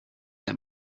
let